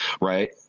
Right